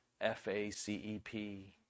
F-A-C-E-P